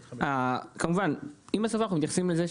כנראה שאתה לא מכיר אותי.